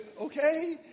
okay